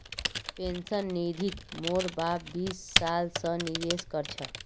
pension निधित मोर बाप बीस साल स निवेश कर छ